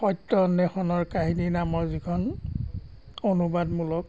সত্য অন্বেষণৰ কাহিনী নামৰ যিখন অনুবাদমূলক